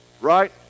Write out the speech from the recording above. right